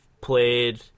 played